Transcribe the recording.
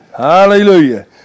Hallelujah